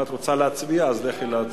אם את רוצה להצביע אז לכי להצביע.